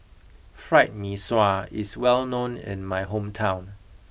Fried Mee Sua is well known in my hometown